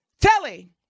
Telly